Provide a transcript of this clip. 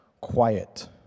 Quiet